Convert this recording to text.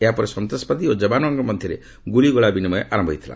ଏହାପରେ ସନ୍ତାସବାଦୀ ଓ ଯବାନମାନଙ୍କ ମଧ୍ୟରେ ଗୁଳି ବିନିମୟ ଆରମ୍ଭ ହୋଇଯାଇଥିଲା